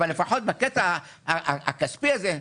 אבל לפחות בקטע הכספי הזה,